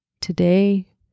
today